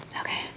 Okay